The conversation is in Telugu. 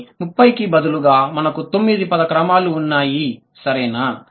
కాని ముప్పైకి బదులుగా మనకు తొమ్మిది పద క్రమాలు ఉన్నాయి సరేనా